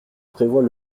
prévoit